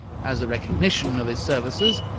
as a recognition of his services,